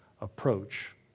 approach